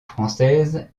française